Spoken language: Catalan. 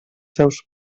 seus